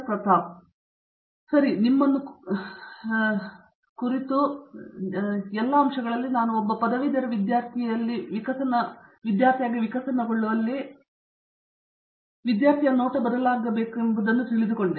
ಪ್ರತಾಪ್ ಹರಿಡೋಸ್ ಸರಿ ನಾನು ನಿಮ್ಮನ್ನು ಕುರಿತು ಮಾಡಿದ ಎಲ್ಲ ಅಂಶಗಳಲ್ಲಿ ನಾನು ಒಬ್ಬ ಪದವೀಧರ ವಿದ್ಯಾರ್ಥಿಯಾಗಿ ವಿಕಸನಗೊಳ್ಳುವಲ್ಲಿ ವಿದ್ಯಾರ್ಥಿಯ ನೋಟ ಬದಲಾಗಬೇಕೆಂಬುದು ನನಗೆ ತಿಳಿದಿದೆ